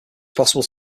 possible